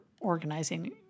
organizing